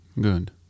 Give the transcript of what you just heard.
Good